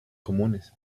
comunes